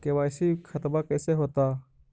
KYC खतबा कैसे होता?